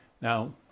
Now